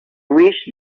wish